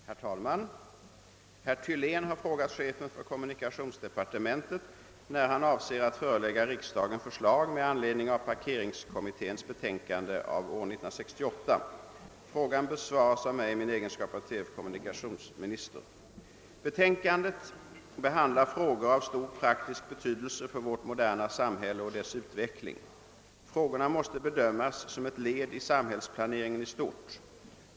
Herr talman! Herr Thylén har frågat chefen för kommunikationsdepartementet när han avser att förelägga riksdagen förslag med anledning av parkeringskommitténs betänkande av år 1968. Frågan besvaras av mig i min egenskap av t. f. kommunikationsminister. Betänkandet behandlar frågor av stor praktisk betydelse för vårt moderna samhälle och dess utveckling. Frågorna måste bedömas som ett led i samhällsplaneringen i stort.